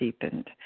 deepened